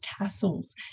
tassels